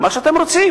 מה שאתם רוצים.